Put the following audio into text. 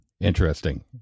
Interesting